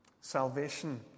Salvation